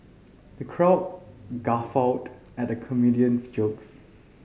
the crowd guffawed at the comedian's jokes